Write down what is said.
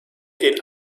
den